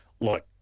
Look